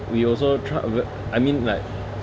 we also tried wh~ I mean like